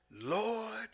Lord